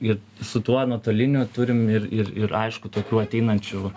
ir su tuo nuotoliniu turim ir ir ir aišku tokių ateinančių